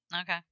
okay